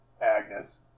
Agnes